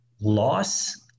loss